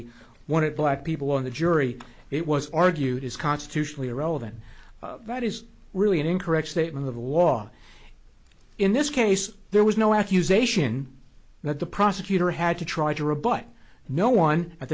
he wanted black people on the jury it was argued is constitutionally irrelevant that is really an incorrect statement of the law in this case there was no accusation that the prosecutor had to try to rebut no one at